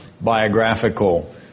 biographical